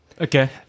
Okay